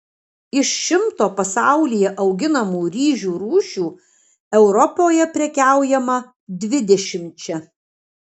iš šimto pasaulyje auginamų ryžių rūšių europoje prekiaujama dvidešimčia